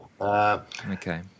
Okay